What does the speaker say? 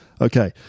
Okay